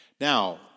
Now